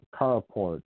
carport